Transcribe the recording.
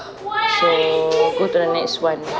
so go to the next [one]